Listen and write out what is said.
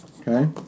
Okay